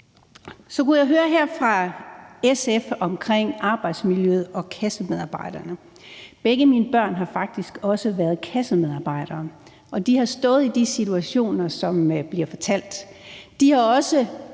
Jeg kunne høre SF tale om arbejdsmiljøet og kassemedarbejdere. Begge mine børn har faktisk også været kassemedarbejdere, og de har stået i de situationer, som bliver fortalt. De har også